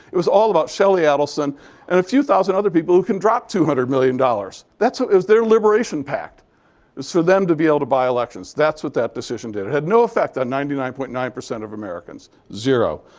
it was all about shelly adelson and a few thousand other people who can drop two hundred million dollars. so it was their liberation pact was for them to be able to buy elections. that's what that decision did. it had no effect on ninety nine point nine of americans, zero.